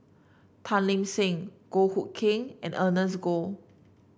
Tan Lip Seng Goh Hood Keng and Ernest Goh